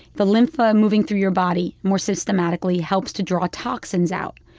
the lymphae moving through your body more systematically helps to draw toxins out.